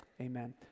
amen